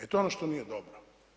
E, to je ono što nije dobro.